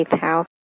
house